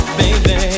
baby